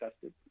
tested